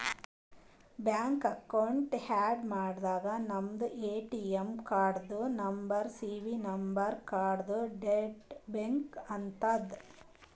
bank account add ಮಾಡಾಗ ನಮ್ದು ATM ಕಾರ್ಡ್ದು ನಂಬರ್ ಸಿ.ವಿ ನಂಬರ್ ಕಾರ್ಡ್ದು ಡೇಟ್ ಬೇಕ್ ಆತದ್